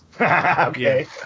Okay